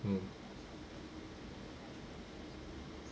mm